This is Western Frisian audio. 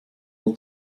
wol